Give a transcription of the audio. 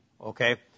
Okay